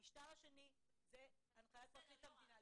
המשטר השני זה הנחיית פרקליט המדינה,